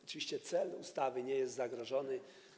Oczywiście cel ustawy nie jest zagrożony.